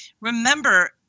Remember